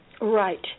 Right